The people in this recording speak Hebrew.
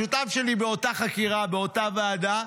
השותף שלי באותה חקירה, באותה ועדה,